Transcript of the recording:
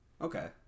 Okay